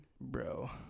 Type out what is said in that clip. bro